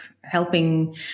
helping